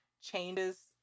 changes